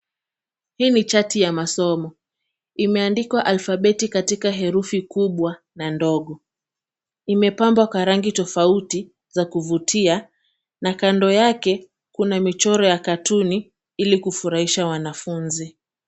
Hii ni chati ya masomo. Imeandikwa alfabeti katika herufi kubwa na ndogo. Imepambwa kwa rangi tofauti za kuvutia na kando yake kuna michoro ya katuni ili kufurahisha wanafunzi.